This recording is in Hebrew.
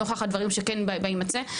נוכח הדברים שכן בהימצא".